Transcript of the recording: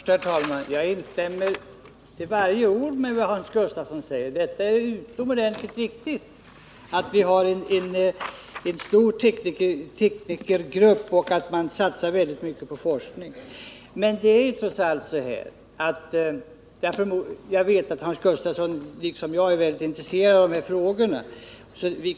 Herr talman! Jag vill först säga att jag till varje ord instämmer i vad Hans Gustafsson anfört. Det är utomordentligt viktigt att vi har en stor teknikergrupp och att man satsar mycket på forskning. Jag vet också att Hans Gustafsson liksom jag är mycket intresserad av dessa frågor.